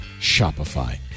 Shopify